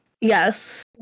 Yes